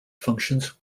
functions